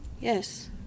Yes